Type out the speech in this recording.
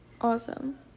Awesome